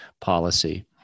policy